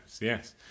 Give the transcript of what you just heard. yes